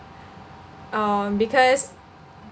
um because